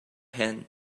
hand